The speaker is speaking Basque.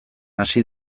hasi